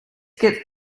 get